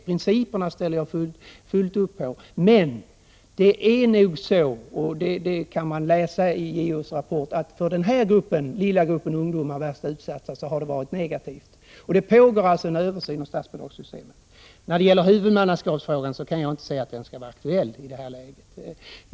Principerna ställer jag upp på helt. Men för den här lilla gruppen av de värst utsatta ungdomarna, det kan man läsa i JO:s rapport, har dessa ändringar varit negativa. Det pågår alltså en översyn av statsbidragssystemet. Huvudmannaskapsfrågan kan jag inte se är aktuell i detta läge.